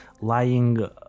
lying